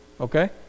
okay